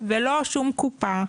-- ולא שום קופה,